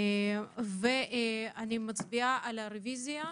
אני מצביעה על הרביזיה.